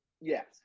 Yes